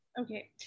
Okay